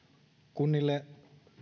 kunnille